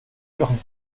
jochen